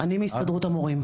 אני מהסתדרות המורים.